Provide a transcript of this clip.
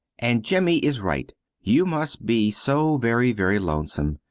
and jimmy is right you must be so very very lonesome!